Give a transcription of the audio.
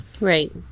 Right